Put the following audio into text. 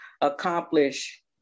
accomplish